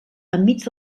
enmig